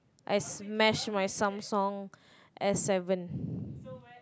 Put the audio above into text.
I smash my Samsung S seven